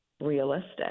realistic